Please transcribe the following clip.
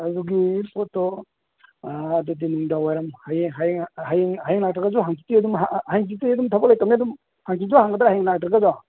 ꯑꯗꯨꯒꯤ ꯄꯣꯠꯇꯣ ꯑꯗꯨꯗꯤ ꯅꯨꯃꯤꯗꯥꯡ ꯋꯥꯏꯔꯝ ꯍꯌꯦꯡ ꯂꯥꯛꯇ꯭ꯔꯒꯁꯨ ꯍꯥꯡꯆꯤꯠꯇꯤ ꯑꯗꯨꯝ ꯊꯕꯛ ꯂꯩꯇꯃꯤ ꯑꯗꯨꯝ ꯍꯥꯡꯆꯤꯠꯇꯨ ꯍꯥꯡꯒꯗ꯭ꯔ ꯍꯌꯦꯡ ꯂꯥꯛꯇ꯭ꯔꯒꯁꯨ